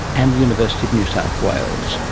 and the university of new south wales.